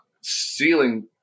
ceiling